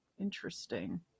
Interesting